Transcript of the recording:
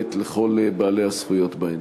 הולמת לכל בעלי הזכויות בהן.